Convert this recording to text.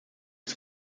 des